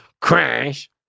crash